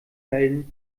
melden